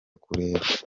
kureba